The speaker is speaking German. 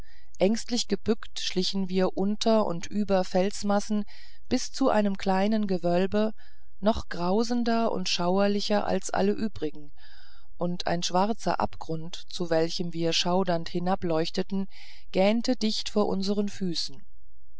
ängstlich gebückt schlichen wir unter und über felsenmassen bis zu einem kleinen gewölbe noch grausender und schauerlicher als alle übrigen und ein schwarzer abgrund zu welchem wir schaudernd hinableuchteten gähnte dicht vor unseren füßen